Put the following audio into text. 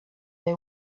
they